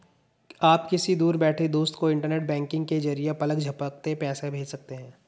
आप किसी दूर बैठे दोस्त को इन्टरनेट बैंकिंग के जरिये पलक झपकते पैसा भेज सकते हैं